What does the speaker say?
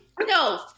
No